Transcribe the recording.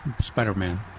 Spider-Man